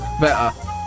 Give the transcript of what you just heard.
Better